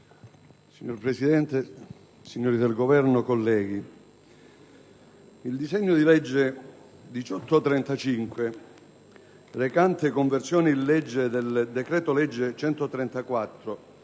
Signor Presidente, signori del Governo, colleghi, il disegno di legge n. 1835, recante conversione in legge del decreto-legge n. 134,